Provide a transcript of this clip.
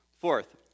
Fourth